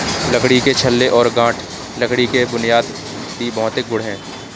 लकड़ी के छल्ले और गांठ लकड़ी के बुनियादी भौतिक गुण हैं